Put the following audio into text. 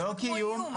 זה נשמע כמו איום.